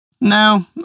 No